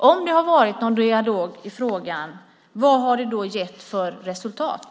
Om det har varit någon dialog i frågan, vad har den då gett för resultat?